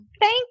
Thank